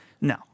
no